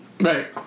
right